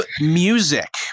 music